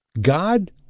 God